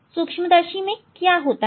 सूक्ष्मदर्शी में क्या होता है